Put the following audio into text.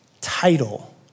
title